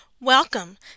Welcome